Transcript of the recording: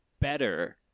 better